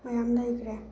ꯃꯌꯥꯝ ꯂꯩꯈ꯭ꯔꯦ